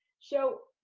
so,